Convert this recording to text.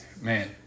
Man